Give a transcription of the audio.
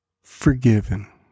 forgiven